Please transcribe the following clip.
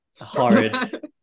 Horrid